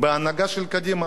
כמו רבים אחרים.